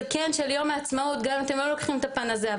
של כן של יום העצמאות גם אם אתם לא לוקחים את הפן הזה,